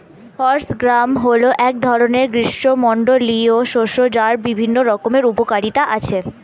horse gram হল এক ধরনের গ্রীষ্মমণ্ডলীয় শস্য যার বিভিন্ন রকমের উপকারিতা আছে